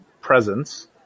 presence